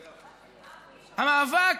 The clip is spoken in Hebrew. המאבק,